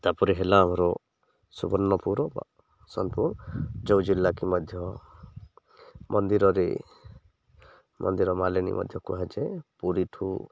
ତା'ପରେ ହେଲା ଆମର ସୁବର୍ଣ୍ଣପୁର ବା ସୋନପୁର ଯେଉଁ ଜିଲ୍ଲାକି ମଧ୍ୟ ମନ୍ଦିରରେ ମନ୍ଦିର ମାଳିନି ମଧ୍ୟ କୁହାଯାଏ ପୁରୀଠୁ